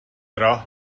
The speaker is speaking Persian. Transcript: راه